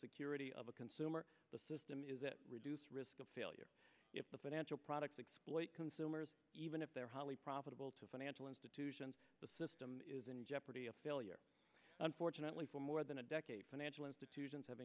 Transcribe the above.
security of the consumer the system is that reduce risk of failure if the financial products exploit consumers even if they're highly profitable to financial institutions the system is in jeopardy of failure unfortunately for more than a decade financial institutions have